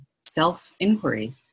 self-inquiry